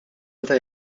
meta